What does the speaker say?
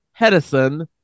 Hedison